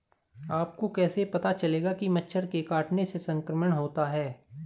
आपको कैसे पता चलेगा कि मच्छर के काटने से संक्रमण होता है?